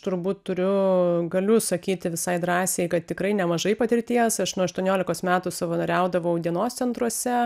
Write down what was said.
turbūt turiu galiu sakyti visai drąsiai kad tikrai nemažai patirties aš nuo aštuoniolikos metų savanoriaudavau dienos centruose